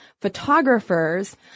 photographers